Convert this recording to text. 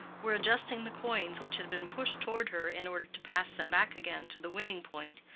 were adjusting the coins which had been pushed toward her in order to pass them back again to the winning point,